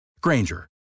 Granger